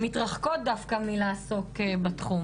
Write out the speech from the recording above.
ומתרחקות דווקא מלעסוק בתחום,